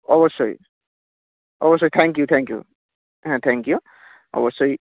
অবশ্যই অবশ্যই thank you thank you হ্যাঁ থ্যাংক ইউ অবশ্যই